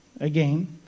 Again